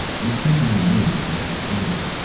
wake me when the moon is at its zenith,